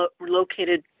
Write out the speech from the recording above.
located